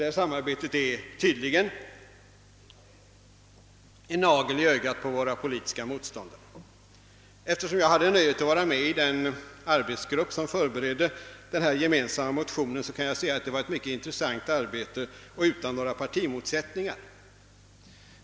Detta samarbete är tydligen en nagel i ögat på våra politiska motståndare. Eftersom jag hade nöjet vara med i den arbetsgrupp, som förberedde folkpartiets och centerpartiets gemensamma motion, kan jag säga att det var ett mycket intressant arbete, som bedrevs utan några partimotsättningar.